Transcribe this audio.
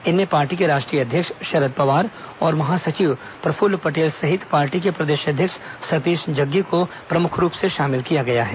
इनमें पार्टी के राष्ट्रीय अध्यक्ष शरद पवार और महासचिव प्रफुल्ल पटेल सहित पार्टी के प्रदेश अध्यक्ष सतीश जग्गी को प्रमुख रूप से शामिल किया गया है